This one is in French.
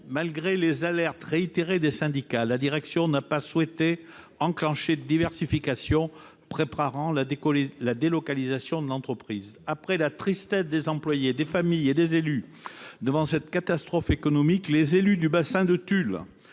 Malgré les alertes réitérées des syndicats, la direction n'a pas souhaité enclencher de diversification, préparant ainsi la délocalisation de l'entreprise. Après la tristesse des employés, des familles et des responsables politiques devant cette catastrophe économique, les élus du bassin de Tulle-